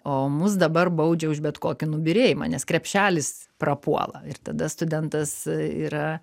o mus dabar baudžia už bet kokį nubyrėjimą nes krepšelis prapuola ir tada studentas yra